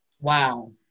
wow